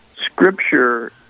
Scripture